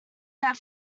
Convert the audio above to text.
that